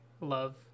love